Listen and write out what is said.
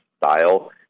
style